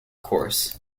course